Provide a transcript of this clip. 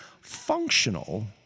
functional